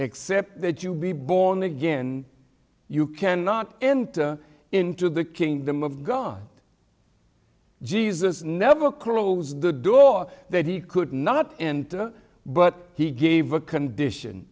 except that you be born again you cannot enter into the kingdom of god jesus never close the door that he could not enter but he gave a condition